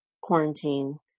quarantine